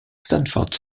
stanford